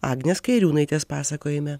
agnės kairiūnaitės pasakojime